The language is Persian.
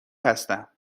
هستم